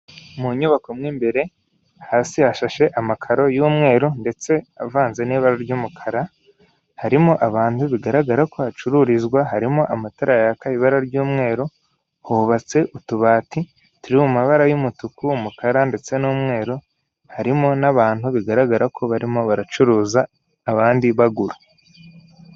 Mu nyubako mo imbere, hasi hashashe amakaro y'umweru ndetse avanze n'ibara ry'umukara, harimo abantu bigaragara ko hacururizwa, harimo amatara yaka ibara ry'umweru, hubatse utubati turi mu mabara y'umutuku, umukara ndetse n'umweru, harimo n'abantu bigaragara ko barimo baracuruza abandi bagura.